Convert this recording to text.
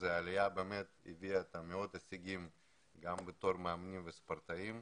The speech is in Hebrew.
שהעלייה הביאה אתה הישגים גם כמאמנים וכספורטאים.